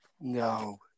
no